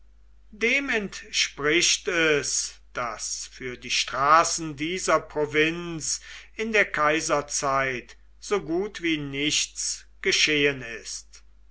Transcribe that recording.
dem entspricht es daß für die straßen dieser provinz in der kaiserzeit so gut wie nichts geschehen ist